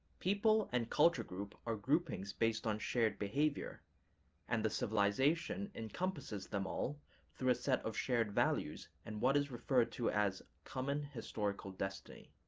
people and culture group are groupings based on shared behavior and the civilization encompasses them all through a set of shared values and what is referred to as common historical destiny.